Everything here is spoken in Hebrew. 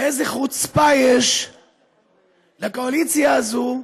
ואיזה חוצפה יש לקואליציה הזו.